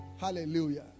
Hallelujah